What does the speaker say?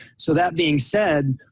so that being said,